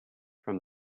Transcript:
from